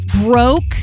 broke